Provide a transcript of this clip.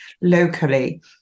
locally